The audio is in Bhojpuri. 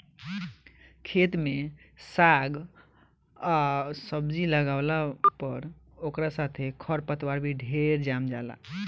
खेत में साग आ सब्जी लागावला पर ओकरा साथे खर पतवार भी ढेरे जाम जाला